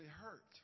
hurt